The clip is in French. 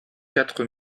quatre